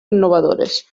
innovadores